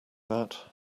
that